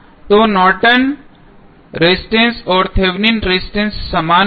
तो Norton resistance Nortons resistance और Thevenin resistance समान होगा